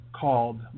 called